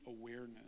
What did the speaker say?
awareness